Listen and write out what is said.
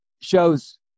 shows